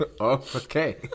okay